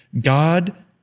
God